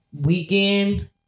weekend